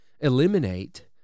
eliminate